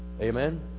Amen